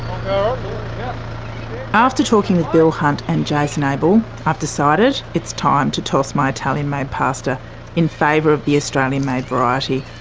um after talking with bill hunt and jason able i've decided it's time to toss my italian made pasta in favour of the australian made variety.